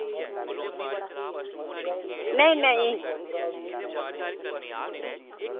नेईं नेईं